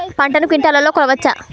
పంటను క్వింటాల్లలో కొలవచ్చా?